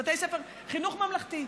חינוך ממלכתי,